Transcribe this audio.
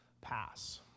Pass